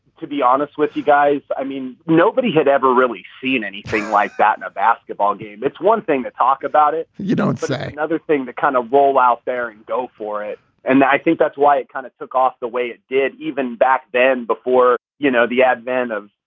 to be honest with you guys, i mean, nobody had ever really seen anything like that in a basketball game. it's one thing to talk about it. you don't say another thing to kind of roll out there and go for it and i think that's why it kind of took off the way it did. even back then, before, you know, the advent of,